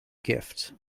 gift